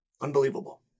Unbelievable